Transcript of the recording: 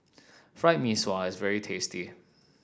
Fried Mee Sua is very tasty